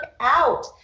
out